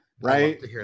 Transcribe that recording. right